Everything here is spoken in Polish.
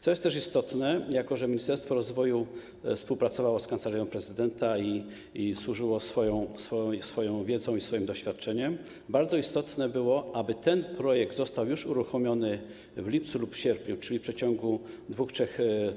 Co też jest istotne, jako że Ministerstwo Rozwoju współpracowało z Kancelarią Prezydenta i służyło swoją wiedzą i swoim doświadczeniem, bardzo ważne było - aby ten projekt został uruchomiony już w lipcu lub w sierpniu, czyli w przeciągu 2–3